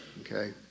okay